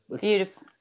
beautiful